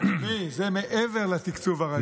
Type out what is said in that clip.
אדוני, זה מעבר לתקצוב הרגיל.